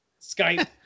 Skype